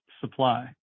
supply